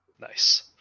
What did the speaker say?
Nice